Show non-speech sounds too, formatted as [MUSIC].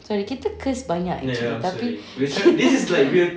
sorry kita curse banyak seh [LAUGHS]